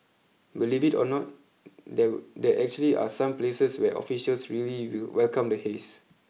believe it or not there there actually are some places where officials really welcome the haze